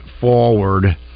forward